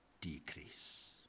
decrease